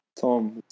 Tom